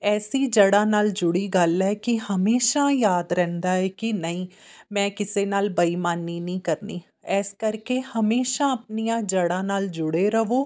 ਐਸੀ ਜੜ੍ਹਾਂ ਨਾਲ ਜੁੜੀ ਗੱਲ ਹੈ ਕਿ ਹਮੇਸ਼ਾ ਯਾਦ ਰਹਿੰਦਾ ਹੈ ਕਿ ਨਹੀਂ ਮੈਂ ਕਿਸੇ ਨਾਲ ਬੇਈਮਾਨੀ ਨਹੀਂ ਕਰਨੀ ਇਸ ਕਰਕੇ ਹਮੇਸ਼ਾ ਆਪਣੀਆਂ ਜੜ੍ਹਾਂ ਨਾਲ ਜੁੜੇ ਰਹੋ